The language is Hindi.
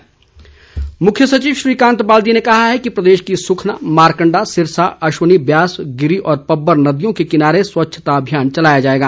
मुख्य सचिव मुख्य सचिव श्रीकांत बाल्दी ने कहा कि प्रदेश की सुखना मारकंडा सिरसा अश्वनी ब्यास गिरी और पब्बर नदियों के किनारे स्वच्छता अभियान चलाया जाएगा